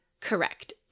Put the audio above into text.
correct